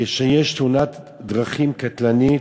כשיש תאונת דרכים קטלנית,